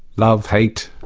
love, hate,